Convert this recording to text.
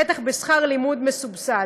בטח בשכר לימוד מסובסד.